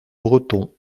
breton